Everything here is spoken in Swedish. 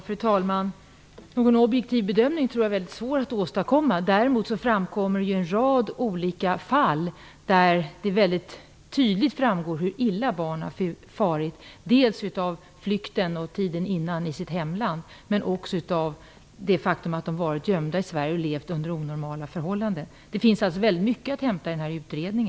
Fru talman! Någon objektiv bedömning tror jag är väldigt svår att åstadkomma. Däremot framkommer en rad olika fall, där det väldigt tydligt framgår hur illa barn har farit genom flykten och under den tidigare vistelsen i sitt hemland men också genom att de varit gömda i Sverige och levt under onormala förhållanden. Det finns alltså väldigt mycket att hämta i denna utredning.